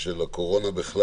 של הקורונה,